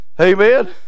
Amen